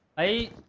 a